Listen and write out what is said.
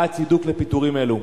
2. מה הוא הצידוק לפיטורים אלו?